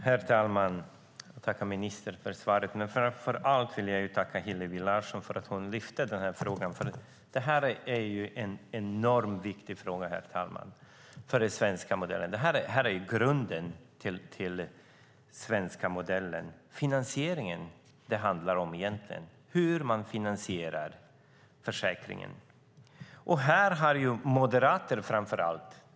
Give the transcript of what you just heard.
Herr talman! Jag tackar ministern för svaret. Framför allt vill jag dock tacka Hillevi Larsson för att hon lyfter fram denna fråga. Detta är nämligen en enormt viktig fråga för den svenska modellen, herr talman. Detta är grunden till den svenska modellen. Det är finansieringen det egentligen handlar om - hur man finansierar försäkringen.